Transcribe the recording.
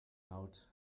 note